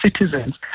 citizens